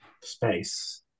space